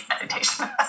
meditation